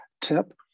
tip